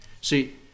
See